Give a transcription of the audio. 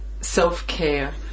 self-care